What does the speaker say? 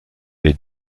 les